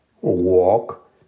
walk